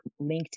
LinkedIn